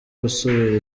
gusubira